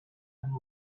and